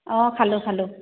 অঁ খালোঁ খালোঁ